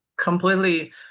completely